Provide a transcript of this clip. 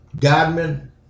Godman